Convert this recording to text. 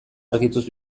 argituz